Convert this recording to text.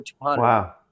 Wow